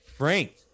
Frank